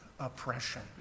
oppression